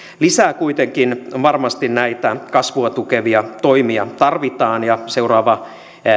lisää kuitenkin varmasti näitä kasvua tukevia toimia tarvitaan ja seuraava